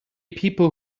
people